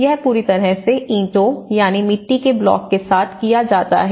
यह पूरी तरह से ईंटों यानी मिट्टी के ब्लॉक के साथ किया जाता है